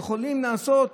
אפשר לעשות